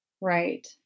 Right